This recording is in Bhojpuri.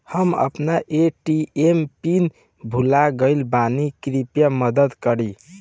हम अपन ए.टी.एम पिन भूल गएल बानी, कृपया मदद करीं